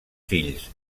fills